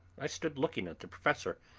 i stood looking at the professor,